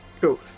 cool